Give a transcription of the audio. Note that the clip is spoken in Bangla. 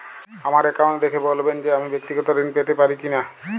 আমার অ্যাকাউন্ট দেখে বলবেন যে আমি ব্যাক্তিগত ঋণ পেতে পারি কি না?